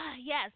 Yes